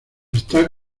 está